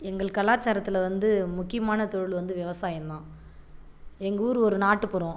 எங்கள் கலாச்சாரத்தில் வந்து முக்கியமான தொழில் வந்து விவசாயம் தான் எங்கள் ஊர் ஒரு நாட்டுப்புறம்